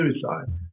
suicide